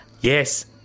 Yes